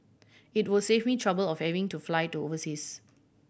it would save me trouble of having to fly to overseas